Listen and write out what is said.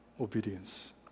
obedience